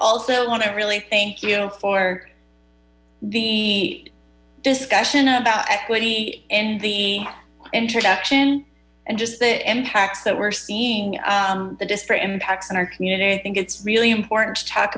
also want to really thank you for the discussion about equity in the introduction and just the impacts that we're seeing the disparate impacts on our community i think it's really important to talk